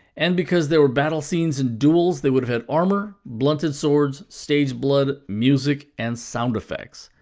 and because there were battle scenes and duels, they would have had armor, blunted swords, stage blood, music, and sound effects.